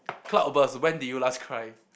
cloud burst when did you last cry